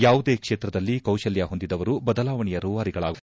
ಯಾವುದೇ ಕ್ಷೇತ್ರದಲ್ಲಿ ಕೌಶಲ್ಯ ಹೊಂದಿದವರು ಬದಲಾವಣೆಯ ರೂವಾರಿಗಳಾಗುತ್ತಾರೆ